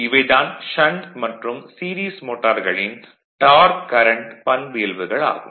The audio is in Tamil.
இவை தான் ஷண்ட் மற்றும் சீரிஸ் மோட்டார்களின் டார்க் கரண்ட் பண்பியல்புகள் ஆகும்